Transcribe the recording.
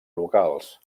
locals